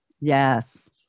Yes